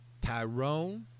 Tyrone